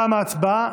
תמה ההצבעה.